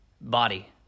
body